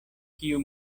kiu